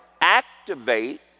activate